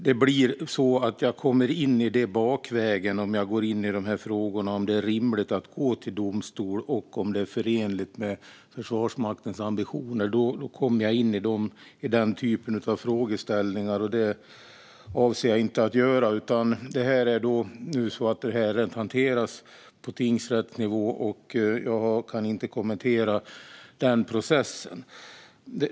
Det blir så att jag kommer in på det bakvägen om jag går in på dessa frågor - om det är rimligt att gå till domstol och om det är förenligt med Försvarsmaktens ambitioner - men detta avser jag inte att göra. Ärendet hanteras nu på tingsrättsnivå, och jag kan inte kommentera den processen.